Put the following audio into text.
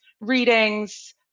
readings